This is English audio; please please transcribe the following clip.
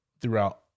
throughout